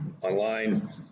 online